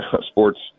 sports